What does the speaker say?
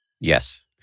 Yes